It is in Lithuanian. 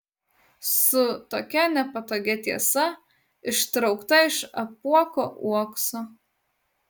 su tokia nepatogia tiesa ištraukta iš apuoko uokso